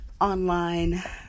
online